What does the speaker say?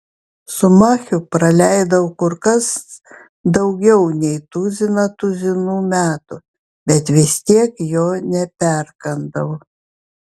su machiu praleidau kur kas daugiau nei tuziną tuzinų metų bet vis tiek jo neperkandau